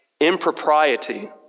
impropriety